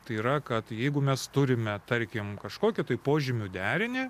tai yra kad jeigu mes turime tarkim kažkokį tai požymių derinį